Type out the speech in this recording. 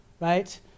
right